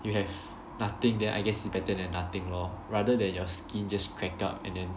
you have nothing then I guess it's better than nothing lor rather than your skin just crack up and then